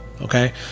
Okay